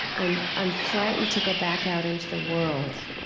i'm i'm frightened to go back out into the world.